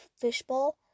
fishbowl